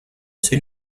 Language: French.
sur